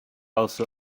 also